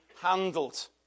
handled